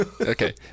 Okay